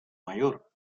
mayor